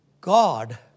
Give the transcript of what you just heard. God